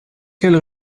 quelle